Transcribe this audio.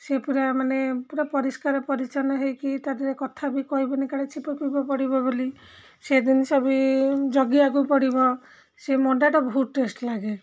ସେ ପୁରା ମାନେ ପୁରା ପରିଷ୍କାର ପରିଚ୍ଛନ୍ନ ହେଇକି ତା'ଦେହରେ କଥା ବି କହିବିନି କାଳେ ଛେପ ପଡ଼ିବ ବୋଲି ସେ ଜିନିଷ ବି ଜଗିବାକୁ ପଡ଼ିବ ସେ ମଣ୍ଡାଟା ବହୁତ ଟେଷ୍ଟ ଲାଗେ